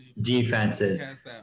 defenses